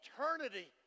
eternity